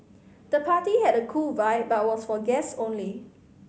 the party had a cool vibe but was for guest only